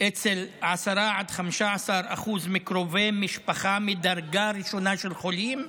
אצל 10% עד 15% מקרובי משפחה מדרגה ראשונה של חולים.